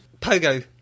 Pogo